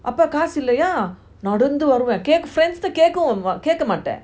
அப்போ காசு இல்லையா நடந்து வருவான்:apo kaasu illaya nadanthu varuvan friends கிட்ட கேக்க மாட்டான்:kita keaka maatan